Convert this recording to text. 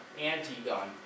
anti-gun